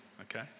okay